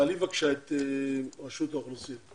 תעלי בבקשה את רשות האוכלוסין.